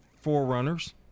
forerunners